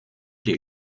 les